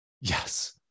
Yes